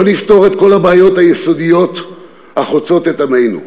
לא נפתור את כל הבעיות היסודיות החוצות את עמנו.